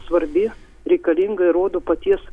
svarbi reikalinga ie rodo paties